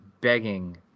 begging